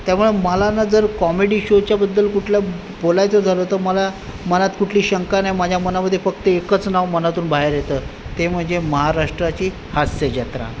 त्यामुळं मला ना जर कॉमेडी शोच्याबद्दल कुठलं बोलायचं झालं तर मला मनात कुठली शंका नाही माझ्या मनामधे फक्त एकच नाव मनातून बाहेर येतं ते म्हणजे महाराष्ट्राची हास्यजत्रा